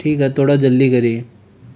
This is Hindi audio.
ठीक है थोड़ा जल्दी करिए